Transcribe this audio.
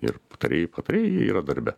ir tarėjai patarėjai jie yra darbe